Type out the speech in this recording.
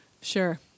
Sure